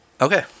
Okay